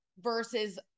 versus